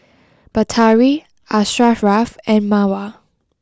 Batari Asharaff and Mawar